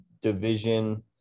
division